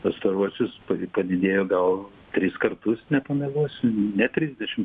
pastaruosius padidėjo gal tris kartus nepameluosiu ne trisdešim